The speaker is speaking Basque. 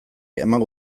emango